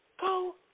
Go